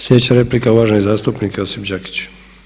Sljedeća replika, uvaženi zastupnik Josip Đakić.